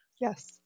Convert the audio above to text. yes